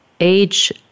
age